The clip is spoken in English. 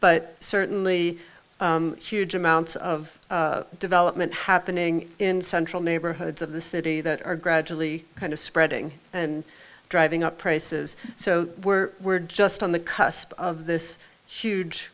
but certainly huge amounts of development happening in central neighborhoods of the city that are gradually kind of spreading and driving up prices so we're we're just on the cusp of this huge